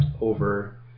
over